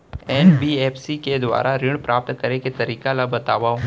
NBFC के दुवारा ऋण प्राप्त करे के तरीका ल बतावव?